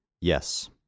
Yes